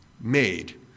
made